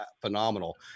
phenomenal